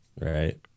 right